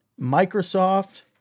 Microsoft